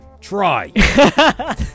try